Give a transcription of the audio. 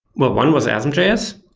but one was asm js,